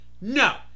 No